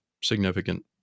significant